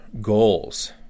goals